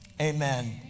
Amen